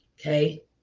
Okay